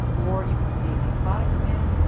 or you could see the product pins.